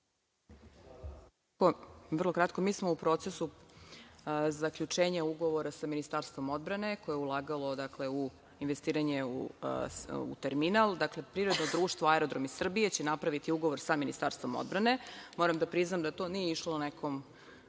Mihajlović** Mi smo u procesu zaključenja ugovora sa Ministarstvom odbrane koje je ulagalo u investiranje u terminal. Dakle, Privredno društvo aerodromi Srbije će napraviti ugovor sa Ministarstvom odbrane. Moram da priznam da to nije išlo nekom